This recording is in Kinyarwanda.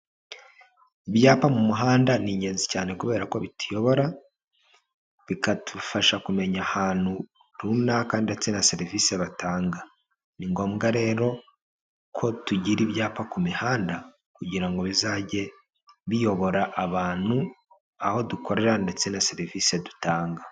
Ibyapa mu muhanda ni ingenzi cyane kubera ko bituyobora, bikadufasha kumenya ahantu runaka ndetse na serivise batanga, ni ngombwa rero ko tugira ibyapa ku mihanda kugira ngo bizajye biyobora abantu aho dukorera ndetse na serivise dutanga.